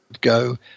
go